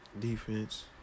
defense